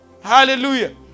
Hallelujah